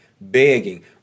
begging